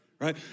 right